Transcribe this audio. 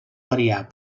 variar